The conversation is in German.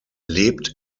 lebt